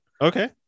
okay